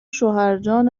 شوهرجان